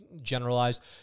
Generalized